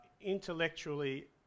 intellectually